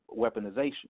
weaponization